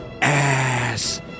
ass